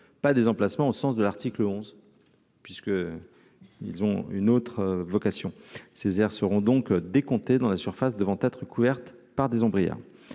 pas des emplacements au sens de l'article onze puisque ils ont une autre vocation Césaire seront donc décomptées dans la surface devant être couvertes par des ouvrières